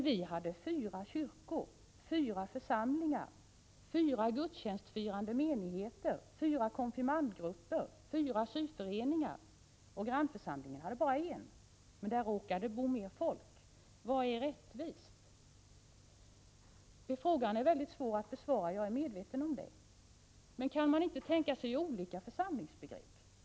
Vi hade emellertid fyra kyrkor, fyra församlingar, fyra gudstjänstfirande menigheter, fyra konfirmandgrupper, fyra syföreningar. Grannpastoratet hade bara en församling, men där råkade bo mer folk. Vad är rättvist? Frågan är väldigt svår att besvara — jag är medveten om det. Men kan man inte tänka sig olika församlingsbegrepp?